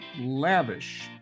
lavish